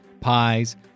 pies